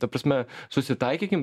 ta prasme susitaikykim